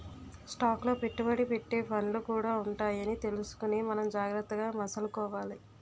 stock లో పెట్టుబడి పెట్టే ఫండ్లు కూడా ఉంటాయని తెలుసుకుని మనం జాగ్రత్తగా మసలుకోవాలి